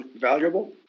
Valuable